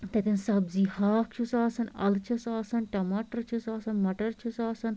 تَتیٚن سَبزی ہاکھ چھُس آسان اَلہٕ چھیٚس آسان ٹماٹر چھِس آسان مَٹر چھِس آسان